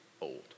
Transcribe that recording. old